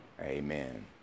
amen